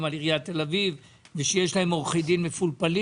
על עיריית תל אביב ושיש להם עורכי דין מפולפלים.